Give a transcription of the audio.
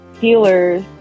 healers